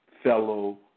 fellow